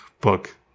book